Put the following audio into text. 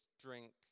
drink